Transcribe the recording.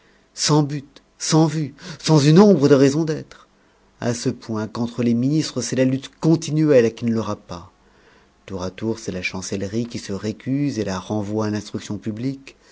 sans but sans vues sans une ombre de raison d'être à ce point qu'entre les ministres c'est la lutte continuelle à qui ne l'aura pas tour à tour c'est la chancellerie qui se récuse et la renvoie à l'instruction publique